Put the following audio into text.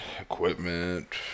equipment